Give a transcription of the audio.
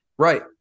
Right